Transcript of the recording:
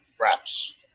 Wraps